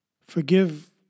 Forgive